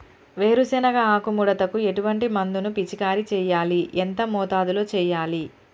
వేరుశెనగ ఆకు ముడతకు ఎటువంటి మందును పిచికారీ చెయ్యాలి? ఎంత మోతాదులో చెయ్యాలి?